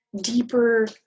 deeper